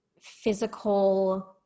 physical